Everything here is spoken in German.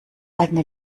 eigene